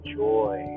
joy